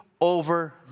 over